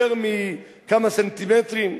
יותר מכמה סנטימטרים.